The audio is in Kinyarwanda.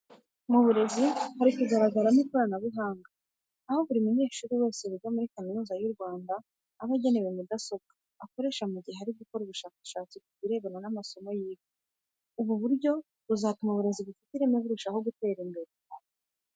Mu burezi hari kugaragaramo ikoranabuhanga, aho buri munyeshuri wese wiga muri Kaminuza y'u Rwanda aba agenewe mudasobwa akoresha mu gihe ari gukora ubushakashatsi ku birebana n'amasomo yiga. Ubu buryo buzatuma uburezi bufite ireme burushaho gutera imbere.